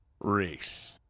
Race